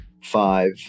five